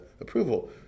approval